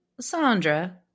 Sandra